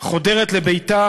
חודר לביתה